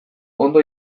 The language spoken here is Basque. ondo